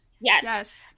Yes